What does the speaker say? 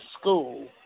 school